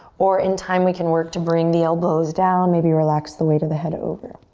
or in time we can work to bring the elbows down, maybe relax the weight of the head over.